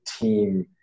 team